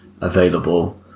available